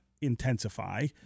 intensify